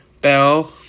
Bell